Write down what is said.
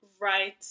right